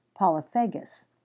polyphagus